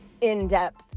in-depth